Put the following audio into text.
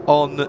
on